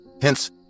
hence